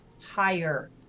higher